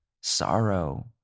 sorrow